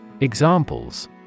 Examples